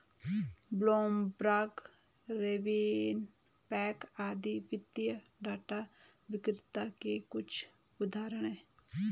Bloomberg, RavenPack आदि वित्तीय data विक्रेता के कुछ उदाहरण हैं